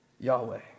Yahweh